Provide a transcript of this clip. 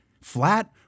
Flat